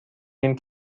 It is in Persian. نیم